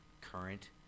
current